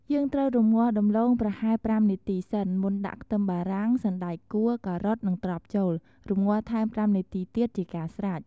យើងត្រូវរំងាស់ដំឡូងប្រហែល ៥នាទីសិន មុនដាក់ខ្ទឹមបារាំង សណ្តែកគួរ ការុត នឹងត្រប់ចូល រំងាស់ថែម៥នាទីទៀតជាការស្រេច។